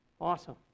Awesome